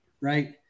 Right